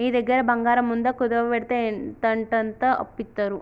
నీ దగ్గర బంగారముందా, కుదువవెడ్తే ఎంతంటంత అప్పిత్తరు